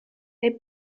they